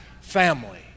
family